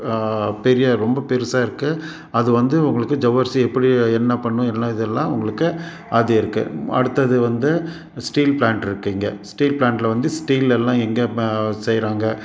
பெரிய ரொம்ப பெருசாக இருக்கு அது வந்து உங்களுக்கு ஜவ்வரிசி எப்படி என்ன பண்ணும் என்ன இதெல்லாம் உங்களுக்கு அது இருக்கு அடுத்தது வந்து ஸ்டீல் ப்ளான்ட்ருக்கு இங்கே ஸ்டீல் ப்ளான்ட்ல வந்து ஸ்டீலெல்லாம் எங்கே ம செய்யறாங்க